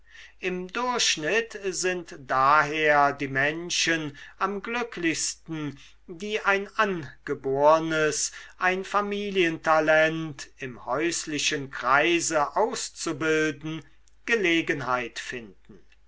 im durchschnitt sind daher die menschen am glücklichsten die ein angebornes ein familientalent im häuslichen kreise auszubilden gelegenheit finden